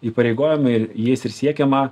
įpareigojimai ir jais ir siekiama